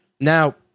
Now